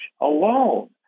alone